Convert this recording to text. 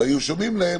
כמו שאמרה גבי,